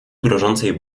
grożącej